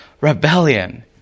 rebellion